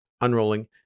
unrolling